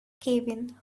kevin